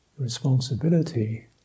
responsibility